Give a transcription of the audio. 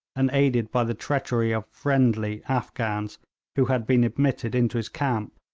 and aided by the treachery of friendly afghans who had been admitted into his camp